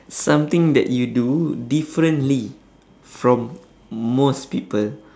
something that you do differently from most people